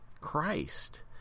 Christ